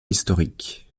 historiques